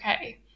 okay